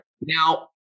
Now